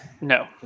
No